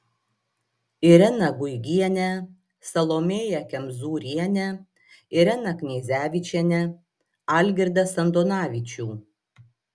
ireną guigienę salomėją kemzūrienę ireną kneizevičienę algirdą sandonavičių